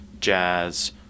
jazz